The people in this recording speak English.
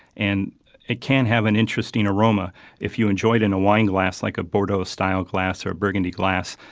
and it can have an interesting aroma if you enjoy it in a wine glass, like a bordeaux-style glass or a burgundy glass.